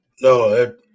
No